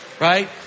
Right